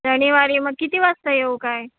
शनिवारी मग किती वाजता येऊ काय